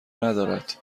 ندارد